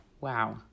Wow